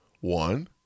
One